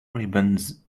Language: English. ribbons